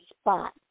spot